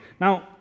Now